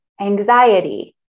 anxiety